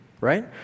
right